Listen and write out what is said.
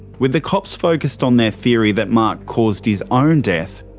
with the cops focused on their theory that mark caused his own death,